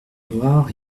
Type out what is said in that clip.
noire